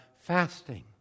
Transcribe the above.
fasting